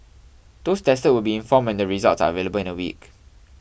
those tested will be informed when the results are available in a week